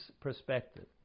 perspective